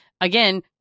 again